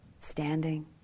standing